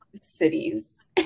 cities